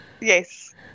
Yes